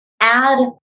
add